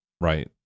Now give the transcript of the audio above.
Right